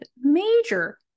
major